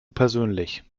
persönlich